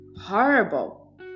horrible